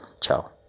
ciao